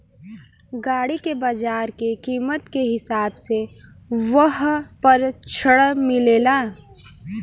गाड़ी के बाजार के कीमत के हिसाब से वोह पर ऋण मिलेला